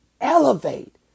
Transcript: Elevate